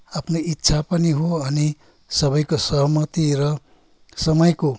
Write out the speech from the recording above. आफ्नै इच्छा पनि हो अनि सबैको सहमति र समयको